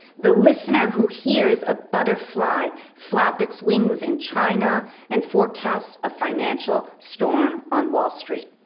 the listener who hears a butterfly flap it's wings in china and forecasts a financial storm on wall street.